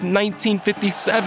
1957